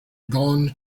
gone